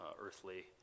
earthly